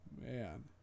man